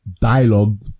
dialogue